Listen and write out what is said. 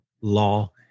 law